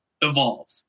Evolve